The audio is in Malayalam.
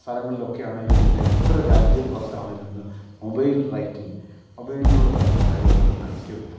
സ്ഥലങ്ങളിൽ ഒക്കെയാണേലും ഇന്നെത്ര രാജ്യം പുറത്താണേലും ഇന്ന് മൊബൈൽ റൈറ്റിങ് മൊബൈലിലൂടെത്തന്നെ കാര്യങ്ങളിന്ന് അയക്കുകയാണ്